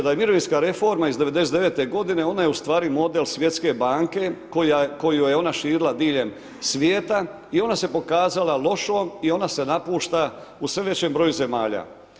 Da je mirovinska reforma iz 1999. godine, ona je u stvari model Svjetske banke koju je ona širila diljem svijeta i ona se pokazala lošom i ona se napušta u sve većem broju zemalja.